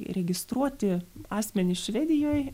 registruoti asmenys švedijoj